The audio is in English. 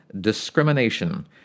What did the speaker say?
discrimination